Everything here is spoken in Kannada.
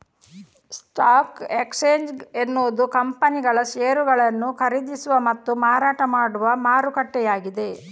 ಸ್ಟಾಕ್ ಎಕ್ಸ್ಚೇಂಜ್ ಎನ್ನುವುದು ಕಂಪನಿಗಳ ಷೇರುಗಳನ್ನು ಖರೀದಿಸುವ ಮತ್ತು ಮಾರಾಟ ಮಾಡುವ ಮಾರುಕಟ್ಟೆಯಾಗಿದೆ